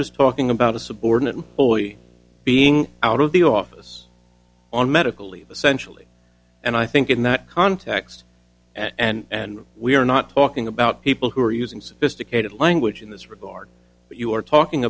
is talking about a subordinate employee being out of the office on medical leave essentially and i think in that context and we are not talking about people who are using sophisticated language in this regard but you are talking